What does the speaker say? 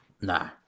Nah